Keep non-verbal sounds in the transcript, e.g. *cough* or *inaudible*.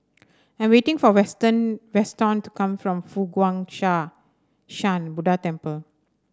I'm waiting for western Weston to come from Fo Guang *unintelligible* Shan Buddha Temple